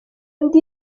ndi